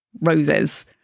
roses